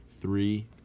Three